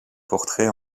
portrait